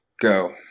Go